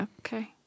Okay